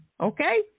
okay